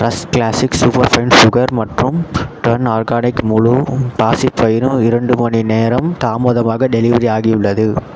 trust classic super fine sugar மற்றும் turn organic முழு பாசிப்பயிறும் இரண்டு மணிநேரம் தாமதமாக டெலிவரி ஆகியுள்ளது